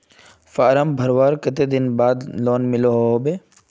Form भरवार कते दिन बाद लोन मिलोहो होबे?